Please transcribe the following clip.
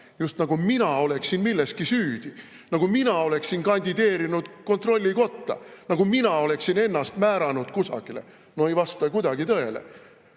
Just nagu mina oleksin milleski süüdi, nagu mina oleksin kandideerinud kontrollikotta, nagu mina oleksin ennast kusagile määranud. No ei vasta kuidagi tõele.